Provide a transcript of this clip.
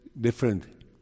different